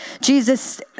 Jesus